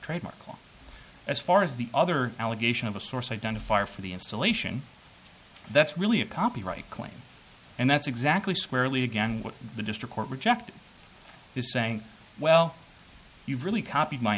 trademark law as far as the other allegation of a source identifier for the installation that's really a copyright claim and that's exactly squarely again what the district court rejected is saying well you really cop